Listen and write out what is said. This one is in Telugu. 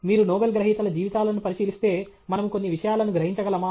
మీరు నోబెల్ గ్రహీతల జీవితాలను పరిశీలిస్తే మనము కొన్ని విషయాలను గ్రహించగలమా